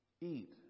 eat